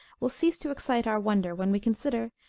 will cease to excite our wonder, when we consider,